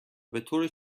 بطور